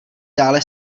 dále